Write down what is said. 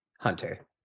Hunter